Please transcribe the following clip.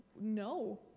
No